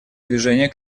движение